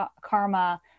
karma